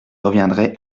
reviendrai